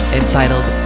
entitled